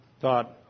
thought